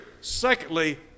secondly